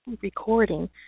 recording